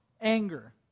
anger